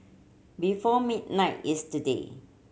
before midnight yesterday